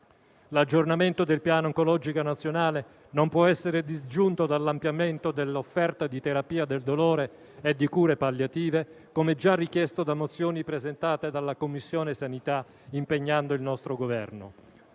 L'aggiornamento del Piano oncologico nazionale non può essere disgiunto dall'ampliamento dell'offerta di terapia del dolore e di cure palliative, come già richiesto da mozioni presentate dalla Commissione sanità, impegnando il nostro Governo.